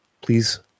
Please